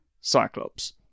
Cyclops